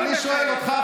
אבל אני שואל אותך,